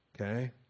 okay